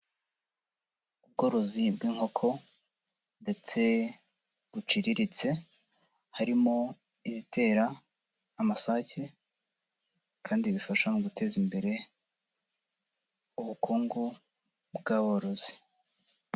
Ubworozi bw'inkoko ndetse buciriritse, harimo izitera, amasake, kandi bifasha mu guteza imbere ubukungu bw'aborozi.